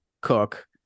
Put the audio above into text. Cook